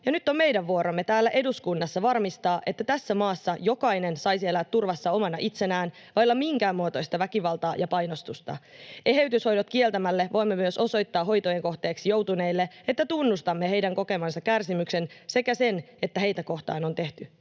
nyt on meidän vuoromme täällä eduskunnassa varmistaa, että tässä maassa jokainen saisi elää turvassa omana itsenään vailla minkäänmuotoista väkivaltaa ja painostusta. Eheytyshoidot kieltämällä voimme myös osoittaa hoitojen kohteeksi joutuneille, että tunnustamme heidän kokemansa kärsimyksen sekä sen, että heitä kohtaan on tehty